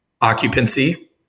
Occupancy